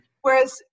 Whereas